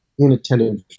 inattentive